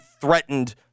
threatened